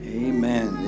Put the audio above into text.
amen